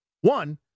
One